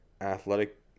athletic